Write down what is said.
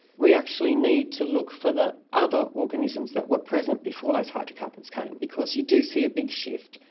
we actually need to look for the other organisms that were present before those hydrocarbons came because you do see a big shift.